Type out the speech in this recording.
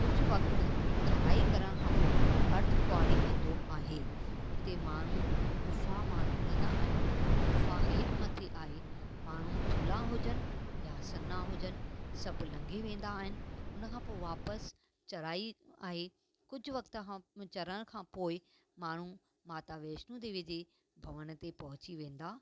कुझु वक़्तु चढ़ाई करण खां पोइ अर्ध कुंवारी ईंदो आहे हुते माण्हू गुफ़ा मां निकरंदा आहिनि गुफ़ा हेठि मथे आहे माण्हू थुला हुजनि या सना हुजनि सभ लंगे वेंदा आहिनि हुनखां पोइ वापसि चढ़ाई आहे कुझु वक़्त खां चरण खां पोइ माण्हू माता वैष्णो देवी ते भवन ते पहुची वेंदा